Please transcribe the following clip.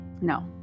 No